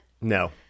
No